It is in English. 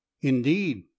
Indeed